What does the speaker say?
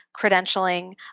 credentialing